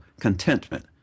contentment